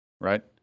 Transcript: right